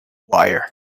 wire